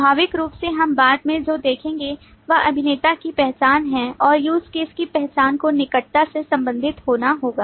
स्वाभाविक रूप से हम बाद में जो देखेंगे वह अभिनेता की पहचान है और USE CASE की पहचान को निकटता से संबंधित होना होगा